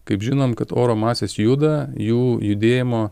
kaip žinom kad oro masės juda jų judėjimo